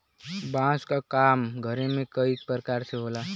बांस क काम घरे में कई परकार से होला